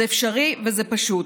זה אפשרי וזה פשוט.